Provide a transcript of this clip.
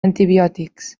antibiòtics